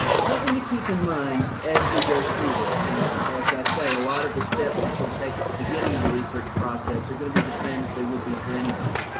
something to keep in mind as we go through this. now, as i say, a lot of the steps that you'll take at the beginning of the research process are going to be the same as they would be for anybody.